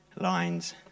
lines